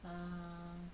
err